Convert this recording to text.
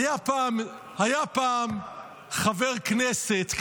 היה פעם חבר כנסת,